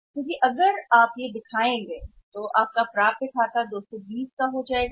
क्योंकि यदि आप इसे खातों में दिखाते हैं तो प्राप्य 220 हो जाता है